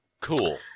Cool